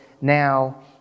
now